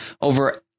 over